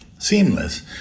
Seamless